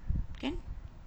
kan